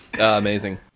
Amazing